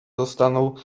zostaną